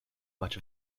much